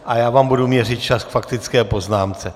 A já vám budu měřit čas k faktické poznámce.